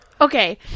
Okay